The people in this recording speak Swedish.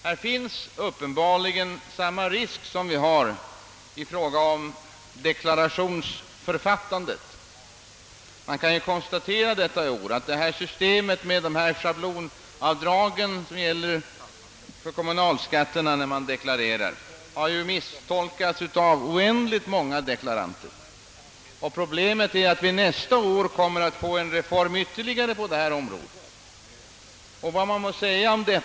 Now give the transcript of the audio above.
Här föreligger uppenbarligen samma risk som uppstod i samband med deklarationen. Man kan i år konstatera att systemet med schablonavdrag gällande kommunalskatt har misstolkats av många deklaranter. Problemet är att vi nästa år kommer att få ytterligare en reform på detta område.